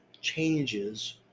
changes